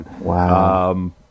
Wow